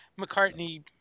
McCartney